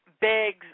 begs